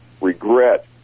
regret